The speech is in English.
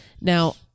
Now